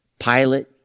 Pilate